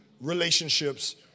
relationships